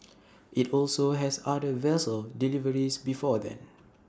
IT also has other vessel deliveries before then